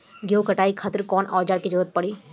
गेहूं के कटाई खातिर कौन औजार के जरूरत परी?